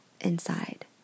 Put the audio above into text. inside